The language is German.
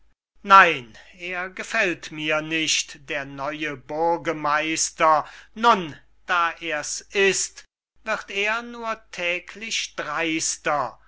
nein er gefällt mir nicht der neue burgemeister nun da er's ist wird er nur täglich dreister